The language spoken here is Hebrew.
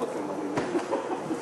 זה